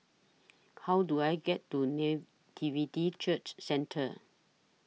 How Do I get to Nativity Church Centre